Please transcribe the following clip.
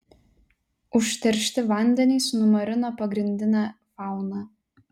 užteršti vandenys numarino pagrindinę fauną